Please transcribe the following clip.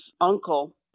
uncle